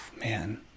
Man